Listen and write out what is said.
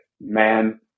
man